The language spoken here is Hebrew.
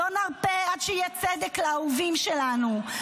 לא נרפה עד שיהיה צדק לאהובים שלנו.